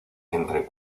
entre